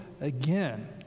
again